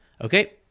Okay